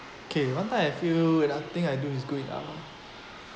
okay one time I feel nothing I do is good enough ah